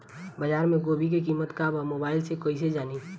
बाजार में गोभी के कीमत का बा मोबाइल से कइसे जानी?